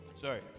Sorry